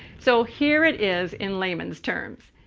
so here it is in layman's terms.